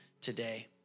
today